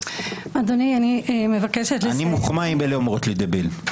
אני מוחמא אם אלה אומרות לי דביל.